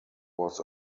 was